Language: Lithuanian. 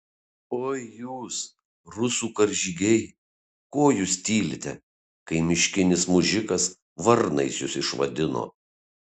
oi jūs rusų karžygiai ko jūs tylite kai miškinis mužikas varnais jus išvadino